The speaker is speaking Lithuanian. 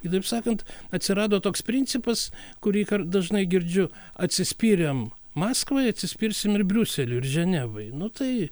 kitaip sakant atsirado toks principas kurį dažnai girdžiu atsispyrėm maskvai atsispirsim ir briuseliui ir ženevai nu tai